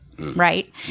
Right